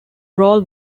role